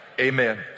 amen